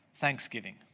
Thanksgiving